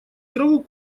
траву